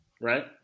Right